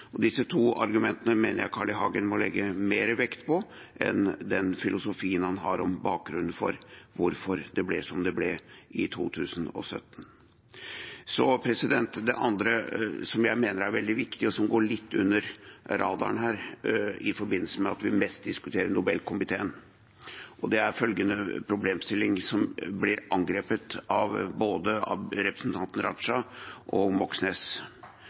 Disse to argumentene mener jeg Carl I. Hagen må legge mer vekt på enn den filosofien han har om bakgrunnen for hvorfor det ble som det ble i 2017. Det andre jeg mener er veldig viktig, og som går litt under radaren her i forbindelse med at vi mest diskuterer Nobelkomiteen, er følgende problemstilling, som ble angrepet av både representanten Raja og representanten Moxnes: